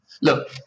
look